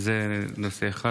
וזה טוב, אתה יודע.